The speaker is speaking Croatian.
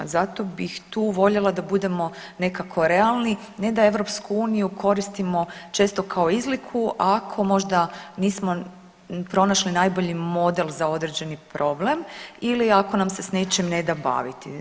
Zato bih tu voljela da budemo nekako realni, ne da EU koristimo često kao izliku ako možda nismo ni pronašli najbolji model za određeni problem ili ako nam se s nečim ne da baviti.